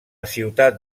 ciutat